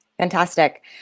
Fantastic